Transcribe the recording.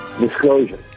disclosure